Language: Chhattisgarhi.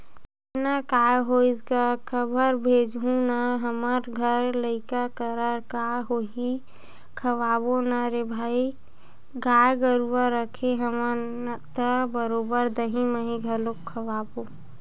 लेना काय होइस गा खबर भेजहूँ ना हमर घर लइका करा का होही खवाबो ना रे भई गाय गरुवा रखे हवन त बरोबर दहीं मही घलोक खवाबो